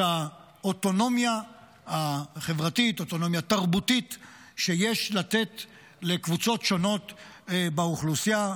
האוטונומיה החברתית והתרבותית שיש לתת לקבוצות שונות באוכלוסייה.